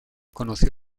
conoció